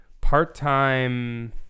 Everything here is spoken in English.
part-time